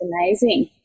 amazing